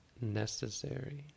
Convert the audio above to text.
necessary